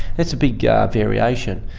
that's a big yeah variation.